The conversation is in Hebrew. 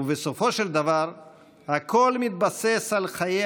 ובסופו של דבר הכול מתבסס על חיי